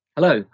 Hello